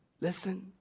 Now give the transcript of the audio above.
Listen